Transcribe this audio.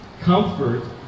Comfort